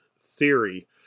theory